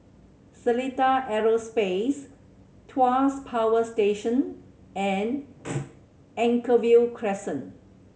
Seletar Aerospace Tuas Power Station and Anchorvale Crescent